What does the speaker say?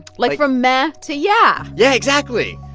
like from meh to yeah yeah, exactly.